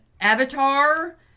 Avatar